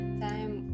time